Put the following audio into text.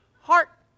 Heart